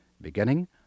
beginning